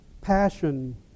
passion